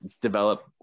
develop